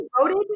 voted